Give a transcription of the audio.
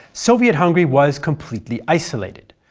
soviet hungary was completely isolated.